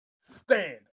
stand